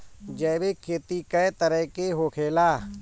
जैविक खेती कए तरह के होखेला?